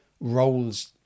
roles